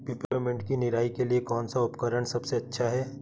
Peppermint की निराई के लिए कौन सा उपकरण सबसे अच्छा है?